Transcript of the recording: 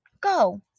go